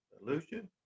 Lucian